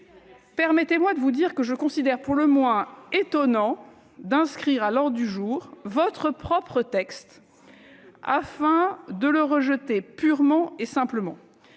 Permettez-moi de vous dire que je considère pour le moins étonnant d'inscrire à l'ordre du jour votre propre texte, afin de le rejeter purement et simplement.